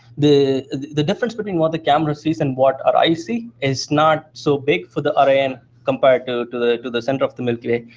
the the difference between what the camera sees and what our eyes see is not so big for the orion compared to the to the center of the milky way.